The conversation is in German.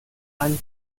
einen